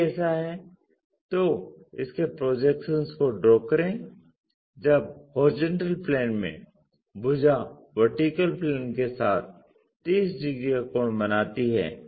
यदि ऐसा है तो इसके प्रोजेक्शंस को ड्रा करें जब HP में भुजा VP के साथ 30 डिग्री का कोण बनाती है